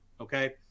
okay